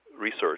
research